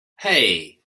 hey